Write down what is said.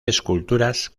esculturas